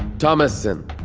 thomassen.